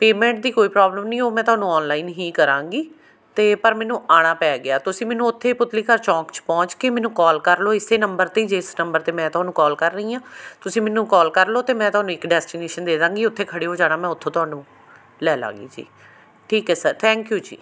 payment ਦੀ ਕੋਈ problem ਨਹੀਂ ਉਹ ਮੈਂ ਤੁਹਾਨੂੰ ਔਨਲਾਈਨ ਹੀ ਕਰਾਂਗੀ ਅਤੇ ਪਰ ਮੈਨੂੰ ਆਉਣਾ ਪੈ ਗਿਆ ਤੁਸੀਂ ਮੈਨੂੰ ਉੱਥੇ ਪੁਤਲੀ ਘਰ ਚੌਂਕ 'ਚ ਪਹੁੰਚ ਕੇ ਮੈਨੂੰ ਕੌਲ ਕਰ ਲਓ ਇਸ ਨੰਬਰ 'ਤੇ ਜਿਸ ਨੰਬਰ 'ਤੇ ਮੈਂ ਤੁਹਾਨੂੰ ਕੌਲ ਕਰ ਰਹੀ ਆਂ ਤੁਸੀਂ ਮੈਨੂੰ ਕੌਲ ਕਰ ਲਓ ਅਤੇ ਮੈਂ ਤੁਹਾਨੂੰ ਇੱਕ ਡੈਸਟੀਨੇਸ਼ਨ ਦੇ ਦਾਂਗੀ ਉੱਥੇ ਖੜੇ ਹੋ ਜਾਣਾ ਮੈਂ ਉੱਥੋਂ ਤੁਹਾਨੂੰ ਲੈ ਲਾਂਗੀ ਜੀ ਠੀਕ ਹੈ ਸਰ ਥੈਂਕ ਯੂ ਜੀ